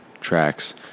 tracks